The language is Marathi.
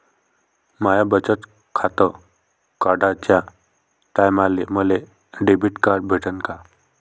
माय बचत खातं काढाच्या टायमाले मले डेबिट कार्ड भेटन का?